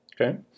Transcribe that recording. Okay